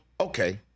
okay